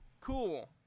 cool